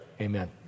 amen